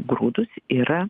grūdus yra